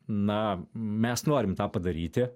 na mes norim tą padaryti